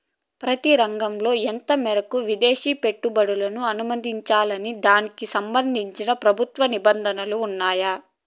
ప్రతి రంగంలో ఎంత మేరకు విదేశీ పెట్టుబడులను అనుమతించాలన్న దానికి సంబంధించి ప్రభుత్వ నిబంధనలు ఉన్నాయా?